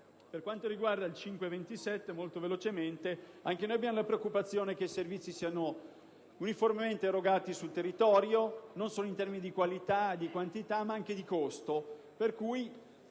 Per quanto riguarda l'emendamento 5.27, anche noi nutriamo la preoccupazione che i servizi non siano uniformemente erogati sul territorio, non solo in termini di qualità e quantità, ma anche di costo.